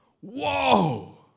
Whoa